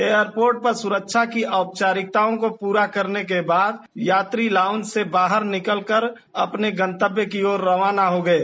airport पर सुरक्षा की औपचारिकताओं को पूरा करने के बाद यात्री लाउंज से बाहर निकल कर अपने गतंव्य की ओर रवाना हो गये